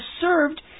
served